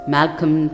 Malcolm